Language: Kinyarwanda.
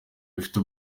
bifite